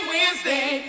Wednesday